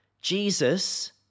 Jesus